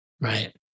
right